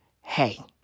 hey